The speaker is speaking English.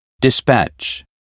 dispatch